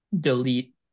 delete